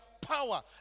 power